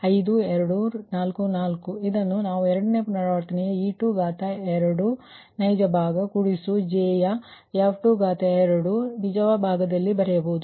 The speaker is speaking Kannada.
05244 ಇದನ್ನು ನಾವು ಎರಡನೇ ಪುನರಾವರ್ತನೆಯ e22 ನೈಜ ಭಾಗ ಕೂಡಿಸು j ಯ f22 ರಲ್ಲಿ ನಿಜವಾದ ಭಾಗದಲ್ಲಿ ಬರೆಯಬಹುದು